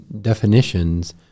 definitions